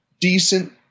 decent